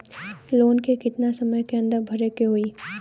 Loan के कितना समय के अंदर भरे के होई?